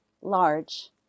large